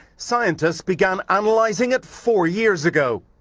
scientists began analyzing it four years ago.